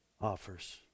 offers